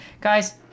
guys